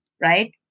right